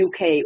UK